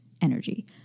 energy